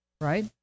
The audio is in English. Right